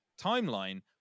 timeline